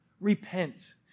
repent